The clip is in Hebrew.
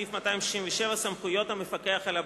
סעיף 267 (סמכויות המפקח על הבנקים).